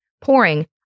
pouring